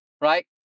Right